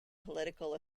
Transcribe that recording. political